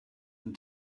and